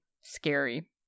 scary